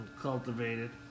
cultivated